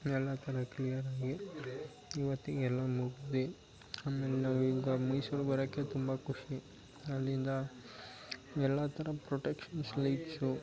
ಎಲ್ಲ ಥರ ಕ್ಲಿಯರಾಗಿ ಇವತ್ತಿಗೆ ಎಲ್ಲ ಮುಗಿದು ಆಮೇಲೆ ನಾವು ಈಗ ಮೈಸೂರಿಗೆ ಬರೋಕೆ ತುಂಬ ಖುಷಿ ಅಲ್ಲಿಂದ ಎಲ್ಲ ಥರ ಪ್ರೊಟೆಕ್ಷನ್ಸ್ ಲೈಟ್ಸು